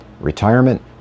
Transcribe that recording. Retirement